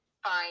fine